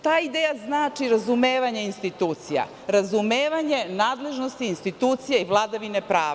Ta ideja znači razumevanje institucija, razumevanje nadležnosti institucija i vladavine prava.